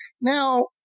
Now